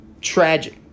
tragic